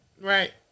Right